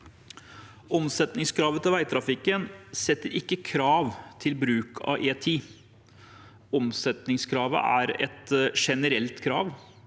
Omsetningskravet til veitrafikken setter ikke krav til bruk av E10. Omsetningskravet er et generelt krav